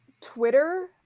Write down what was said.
Twitter